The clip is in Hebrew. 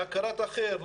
להכרת האחר,